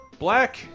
Black